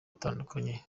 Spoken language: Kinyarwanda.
atandukanye